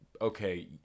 okay